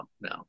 no